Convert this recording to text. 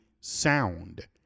sound